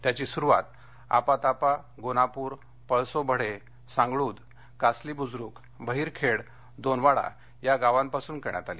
त्याची सुरुवात आपातापा गोनापुर पळसो बढे सांगळ्द कासली बुजरूक बहिरखेड दोनवाडा या गावांपासून करण्यात आली